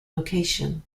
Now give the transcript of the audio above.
location